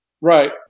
Right